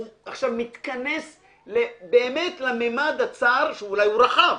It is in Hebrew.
עכשיו מתכנס באמת למימד הצר שאולי הוא רחב,